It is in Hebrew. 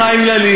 ולא מחיים ילין,